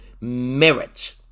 merit